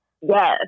Yes